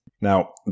Now